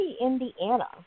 Indiana